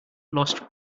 lost